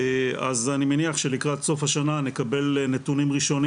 אז אני מניח שלקראת סוף השנה נקבל נתונים ראשונים